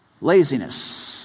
Laziness